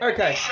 Okay